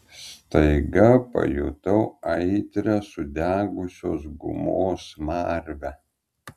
staiga pajutau aitrią sudegusios gumos smarvę